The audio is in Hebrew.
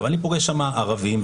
ואני פוגש שם ערבים,